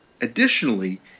Additionally